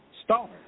Star